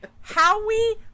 Howie